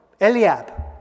Eliab